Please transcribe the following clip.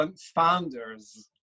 founders